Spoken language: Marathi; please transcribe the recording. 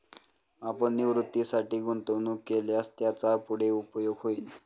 आपण निवृत्तीसाठी गुंतवणूक केल्यास त्याचा पुढे उपयोग होईल